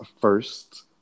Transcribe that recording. first